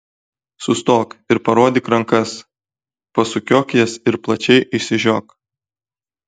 sustok ir parodyk rankas pasukiok jas ir plačiai išsižiok